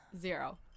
zero